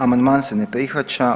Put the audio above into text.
Amandman se ne prihvaća.